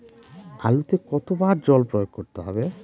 আলুতে কতো বার জল প্রয়োগ করতে হবে?